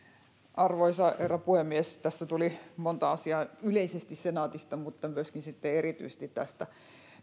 arvoisa herra puhemies tässä tuli monta asiaa yleisesti senaatista mutta myöskin erityisesti tästä